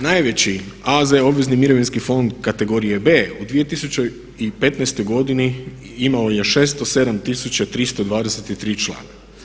Najveći AZ obvezni mirovinski fond kategorije B u 2015. godini imao je 607 tisuća 323 člana.